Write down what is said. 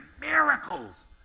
miracles